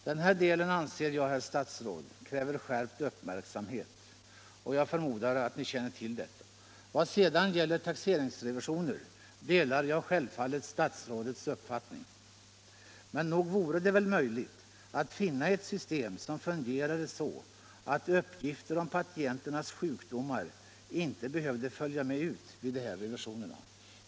Den här delen anser jag, herr statsråd, kräver skärpt uppmärksamhet, och jag förmodar att ni känner till detta. Vad sedan gäller taxeringsrevisioner delar jag självfallet statsrådets uppfattning. Men nog vore det väl möjligt att finna ett system som fungerade så att uppgifter om patienternas sjukdomar inte behövde följa med ut vid de här revisionerna.